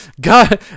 God